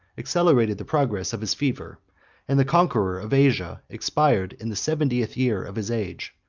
accelerated the progress of his fever and the conqueror of asia expired in the seventieth year of his age,